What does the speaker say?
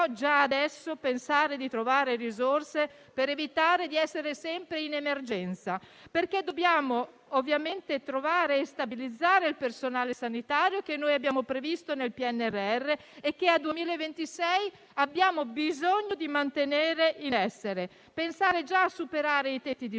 già adesso pensare di trovare risorse per evitare di essere sempre in emergenza perché dobbiamo ovviamente trovare e stabilizzare il personale sanitario che noi abbiamo previsto nel PNRR e che al 2026 abbiamo bisogno di mantenere in essere; pensare già a superare i tetti di